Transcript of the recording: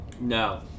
no